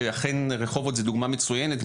ואכן רחובות זו דוגמא מצוינת,